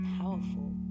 powerful